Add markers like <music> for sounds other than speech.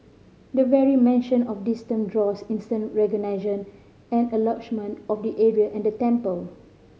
the very mention of this term draws instant <unintelligible> and <unintelligible> of the area and the temple